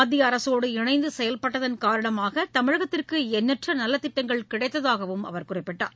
மத்தியஅரசோடு இணைந்துசெயல்பட்டதன் காரணமாகதமிழகத்திற்குஎண்ணற்றநலத்திட்டங்கள் கிடைத்ததாகவும் அவர் குறிப்பிட்டார்